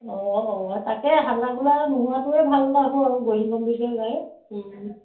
অঁ অঁ তাকে হাল্লা গোল্লা নোহোৱাকৈ ভাল হ'ব আৰু গহীন গম্ভীৰকৈ গায়